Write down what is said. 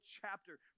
chapter